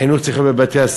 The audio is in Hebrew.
החינוך צריך להיות בבתי-הספר,